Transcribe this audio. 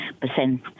percent